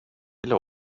ville